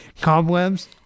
Cobwebs